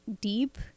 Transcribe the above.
deep